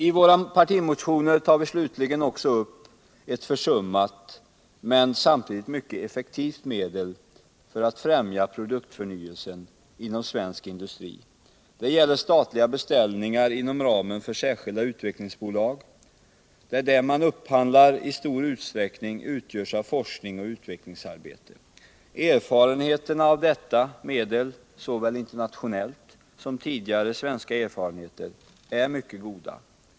I våra partimotioner tar vi slutligen också upp ett försummat men samtidigt mycket effektivt medel för att främja produktförnyelsen inom svensk industri. Det gäller statliga beställningar inom ramen för särskilda utvecklingsbolag, där det man upphandlar i stor utsträckning utgörs av forskningsoch utvecklingsarbete. Erfarenheterna av dessa, såväl de internationella som de svenska, är mycket goda.